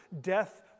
death